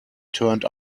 turned